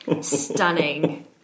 Stunning